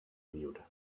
viure